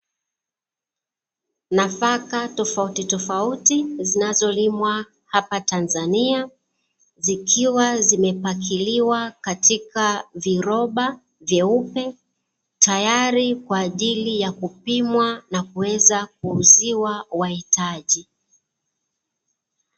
Nafaka tofautitofauti zinazolimwa hapa Tanzania, zikiwa zimepakiliwa katika viroba vyeupe tayari kwa ajili ya kupimwa na kuweza kuuziwa wahitaji.